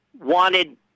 wanted